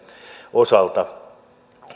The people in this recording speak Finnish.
osalta